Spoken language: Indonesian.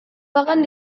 bahkan